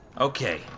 Okay